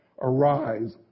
Arise